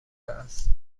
است